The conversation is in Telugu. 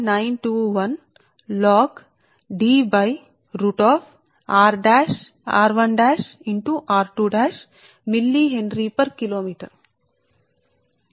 921 log Dunder root of r1 into r2 millihenry per kilometre